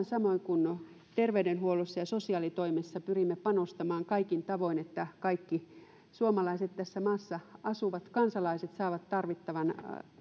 samoin kuin terveydenhuollossa ja sosiaalitoimessa pyrimme panostamaan kaikin tavoin siihen että kaikki suomalaiset tässä maassa asuvat kansalaiset saavat tarvittavan